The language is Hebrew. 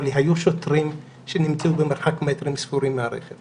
אבל היו שוטרים שנמצאו במרחק מטרים ספורים מהרכב